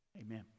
amen